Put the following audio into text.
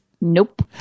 Nope